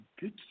good